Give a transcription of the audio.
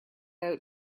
out